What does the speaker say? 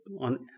on